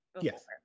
Yes